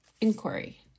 inquiry